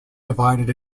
divided